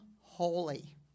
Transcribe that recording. holy